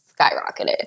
skyrocketed